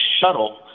shuttle